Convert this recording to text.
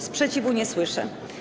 Sprzeciwu nie słyszę.